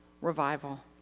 revival